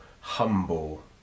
humble